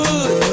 Good